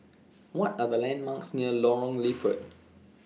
What Are The landmarks near Lorong Liput